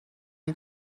این